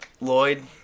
Lloyd